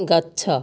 ଗଛ